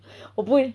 我不会